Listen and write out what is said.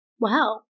Wow